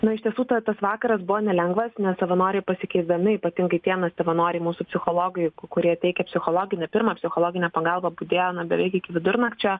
nu iš tiesų ta tas vakaras buvo nelengvas nes savanoriai pasikeisdami ypatingai tie nors savanoriai mūsų psichologai kurie teikia psichologinę pirmą psichologinę pagalbą budėjo na beveik iki vidurnakčio